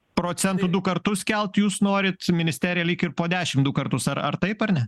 procentų du kartus kelt jūs norit ministerija lyg ir po dešimt du kartus ar ar taip ar ne